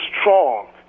strong